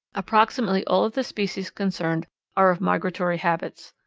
approximately all of the species concerned are of migratory habits.